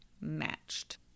matched